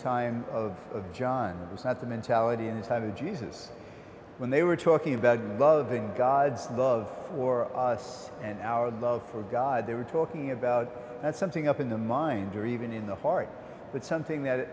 time of john was not the mentality and the time of jesus when they were talking about loving god's love for us and our love for god they were talking about something up in the mind or even in the heart but something that